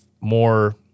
more